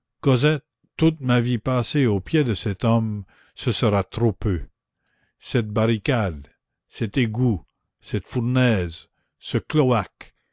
toute ma vie passée aux pieds de cet homme ce sera trop peu cette barricade cet égout cette fournaise ce cloaque